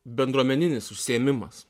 bendruomeninis užsiėmimas